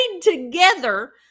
together